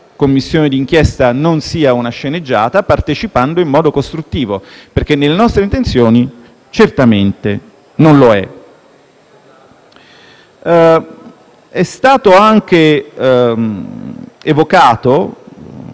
Commissione di inchiesta non sia una sceneggiata, partecipando in modo costruttivo, perché nelle nostre intenzioni certamente non lo è. Sono state anche evocate